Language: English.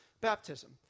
baptism